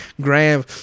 Graham